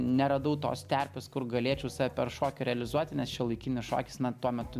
neradau tos terpės kur galėčiau save per šokį realizuoti nes šiuolaikinis šokis na tuo metu